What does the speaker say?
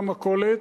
למכולת,